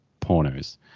pornos